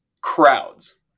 crowds